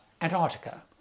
Antarctica